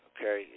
Okay